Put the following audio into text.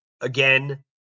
again